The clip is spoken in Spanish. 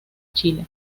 chile